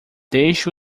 deixe